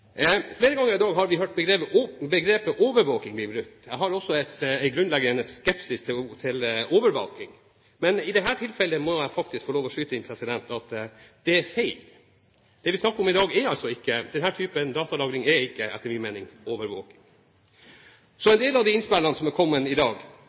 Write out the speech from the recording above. flere ganger i dag hørt begrepet «overvåking» bli brukt. Jeg har også en grunnleggende skepsis til overvåking, men i dette tilfellet må jeg faktisk få lov til å skyte inn at det er feil. Det vi snakker om i dag – denne type datalagring – er altså etter min mening ikke overvåking. En del av de innspillene som er